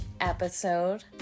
episode